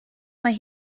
mae